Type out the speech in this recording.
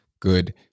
good